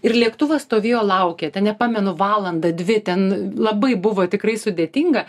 ir lėktuvas stovėjo laukė ten nepamenu valandą dvi ten labai buvo tikrai sudėtinga